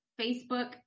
Facebook